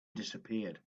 disappeared